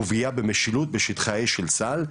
ופגיעה במשילות בשטחי האש של צה"ל.